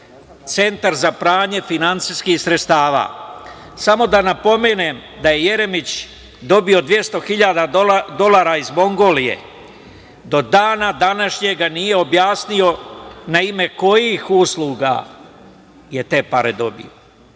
centar za pranje finansijskih sredstava. Samo da napomenem da je Jeremić dobio 200.000 dolara iz Mongolije. Do dana današnjeg nije objasnio na ime kojih usluga je te pare dobio.